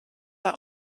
are